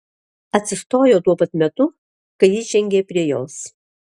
atsistojo tuo pat metu kai jis žengė prie jos